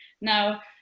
Now